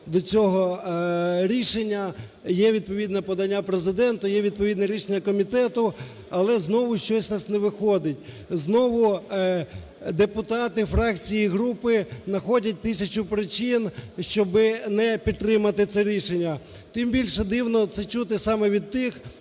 до цього рішення. Є відповідне подання Президенту, є відповідне рішення комітету, але знову в нас щось не виходить. Знову депутати, фракції і групи находять тисячу причин, щоб не підтримати це рішення. Тим більше дивно це чути саме від тих